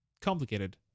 complicated